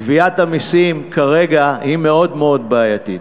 גביית המסים כרגע היא מאוד מאוד בעייתית.